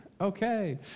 Okay